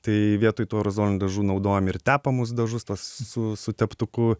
tai vietoj tų aerozolinių dažų naudojom ir tepamus dažus tuos su su teptuku